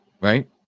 Right